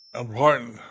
Important